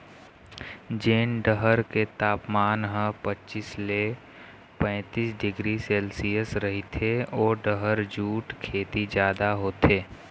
जेन डहर के तापमान ह पचीस ले पैतीस डिग्री सेल्सियस रहिथे ओ डहर जूट खेती जादा होथे